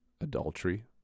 adultery